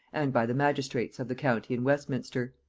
and by the magistrates of the county in westminster.